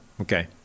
okay